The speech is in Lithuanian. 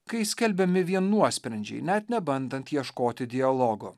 kai skelbiami vien nuosprendžiai net nebandant ieškoti dialogo